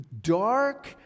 dark